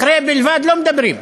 אחרי בלבד, לא מדברים.